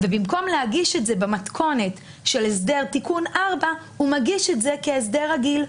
ובמקום להגיש את זה במתכונת של הסדר תיקון 4 הוא מגיש את זה כהסדר רגיל,